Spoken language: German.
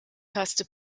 taste